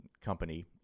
company